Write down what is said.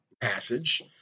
passage